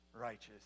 righteous